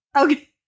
Okay